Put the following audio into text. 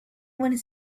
one